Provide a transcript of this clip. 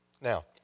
Now